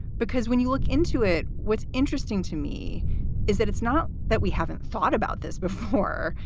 because when you look into it, what's interesting to me is that it's not that we haven't thought about this before.